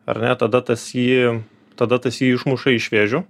ar ne tada tas jį tada tas jį išmuša iš vėžių